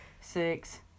six